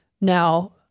Now